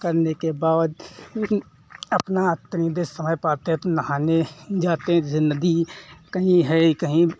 करने के बाद यह अपना तनिक समय पाते हैं तो नहाने जाते हैं जैसे नदी कहीं है कहीं